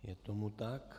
Je tomu tak.